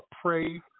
pray